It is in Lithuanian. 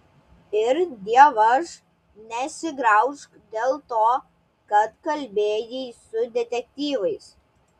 ir dievaž nesigraužk dėl to kad kalbėjai su detektyvais